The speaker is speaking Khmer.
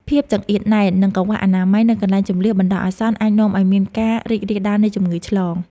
ភាពចង្អៀតណែន និងកង្វះអនាម័យនៅកន្លែងជម្លៀសបណ្តោះអាសន្នអាចនាំឱ្យមានការរីករាលដាលនៃជំងឺឆ្លង។